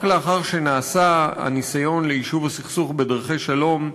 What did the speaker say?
רק לאחר שנעשה הניסיון ליישוב הסכסוך בדרכי שלום,